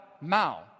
Mao